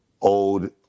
Old